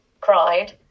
cried